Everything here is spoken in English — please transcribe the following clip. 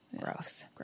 gross